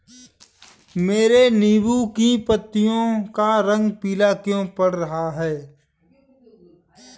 मेरे नींबू की पत्तियों का रंग पीला क्यो पड़ रहा है?